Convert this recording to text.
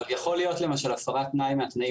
אבל יכול להיות למשל הפרת תנאי מהתנאים